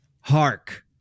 Hark